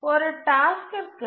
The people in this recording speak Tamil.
ஒரு டாஸ்க்கிற்கு